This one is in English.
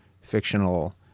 fictional